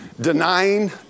Denying